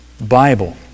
Bible